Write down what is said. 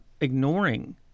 ignoring